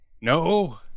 No